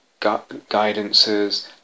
guidances